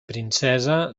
princesa